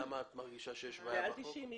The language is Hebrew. למה את מרגישה שיש בעיה בחוק?